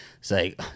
say